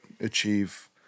achieve